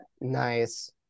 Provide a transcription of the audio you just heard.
Nice